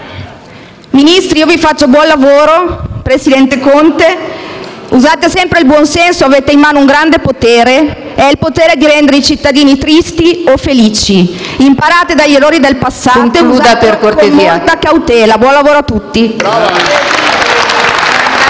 Ministri, vi auguro buon lavoro. Usate sempre il buonsenso. Avete in mano un grande potere: il potere di rendere i cittadini tristi o felici. Imparate dagli errori del passato e usate il potere con molta cautela. Buon lavoro a tutti.